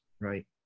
Right